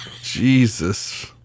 Jesus